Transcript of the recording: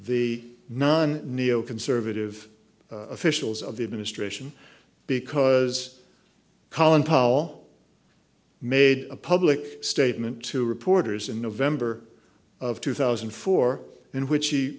the non neoconservative officials of the administration because collin powell made a public statement to reporters in november of two thousand and four in which he